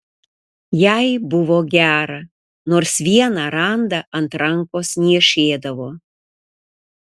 jai buvo gera nors vieną randą ant rankos niežėdavo